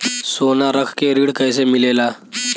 सोना रख के ऋण कैसे मिलेला?